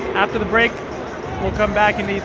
after the break, we'll come back and